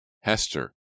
Hester